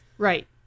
Right